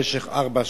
במשך ארבע שנים.